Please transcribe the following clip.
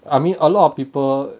I mean a lot of people